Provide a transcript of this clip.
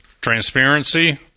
transparency